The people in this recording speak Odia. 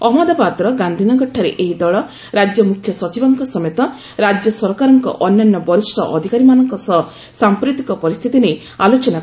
ଅହମ୍ମଦାବାଦର ଗାନ୍ଧୀନଗରଠାରେ ଏହି ଦଳ ରାଜ୍ୟ ମୁଖ୍ୟସଚିବଙ୍କ ସମେତ ରାଜ୍ୟ ସରକାରଙ୍କ ଅନ୍ୟାନ୍ୟ ବରିଷ୍ଠ ଅଧିକାରୀମାନଙ୍କ ସହ ସାଂପ୍ରତିକ ପରିସ୍ଥିତି ନେଇ ଆଲୋଚନା କରିଛନ୍ତି